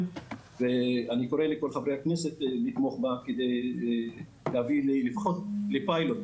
ואני קורא לכל חברי הכנסת לתמוך בה כדי להביא לפחות לפיילוט,